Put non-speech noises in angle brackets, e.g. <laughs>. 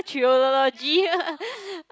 trilogy <laughs>